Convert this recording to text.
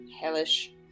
hellish